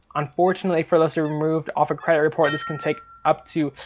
unfortunately for those to remove off a credit report this can take up to,